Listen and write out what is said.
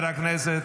(קורא בשמות חברי הכנסת)